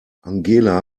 angela